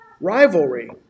Rivalry